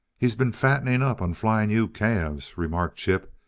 he's been fattening up on flying u calves, remarked chip,